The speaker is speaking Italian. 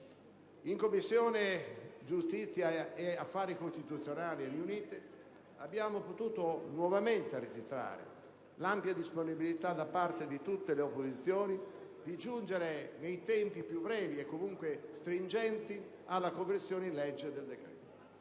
In Commissioni giustizia e affari costituzionali riunite abbiamo potuto nuovamente registrare l'ampia disponibilità da parte di tutte le opposizioni di giungere nei tempi più brevi - e comunque stringenti - alla conversione in legge del decreto.